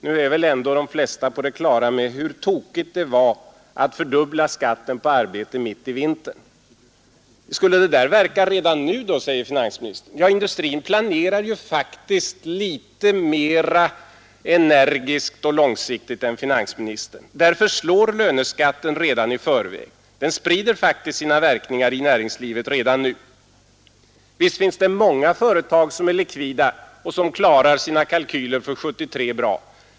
De flesta är väl nu på det klara med hur tokigt det är att fördubbla skatten på arbete mitt i vintern. Skulle detta verka redan nu, frågar finansministern. Ja, industrin planerar ju faktiskt litet mera energiskt och långsiktigt än finansministern. Löneskatten slår därför redan i förväg. Den sprider faktiskt sina verkningar i näringslivet redan nu. Visst finns det många företag som är likvida och som klarar sina kalkyler bra för 1973.